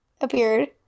appeared